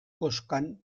koskan